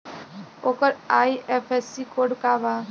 ओकर IFSC code का बा?